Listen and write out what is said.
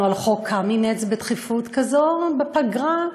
על חוק קמיניץ בדחיפות כזו בפגרה,